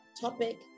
topic